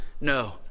No